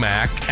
Mac